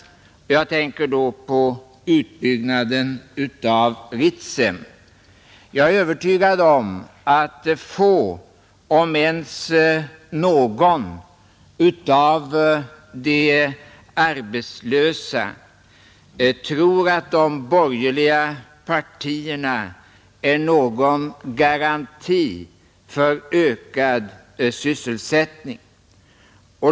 Jag tänker på utbyggnaden av Ritsem. Jag är övertygad om att få om ens någon av de arbetslösa tror att de borgerliga partiernas ståndpunkt är någon garanti för ökad sysselsättning.